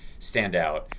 standout